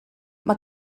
mae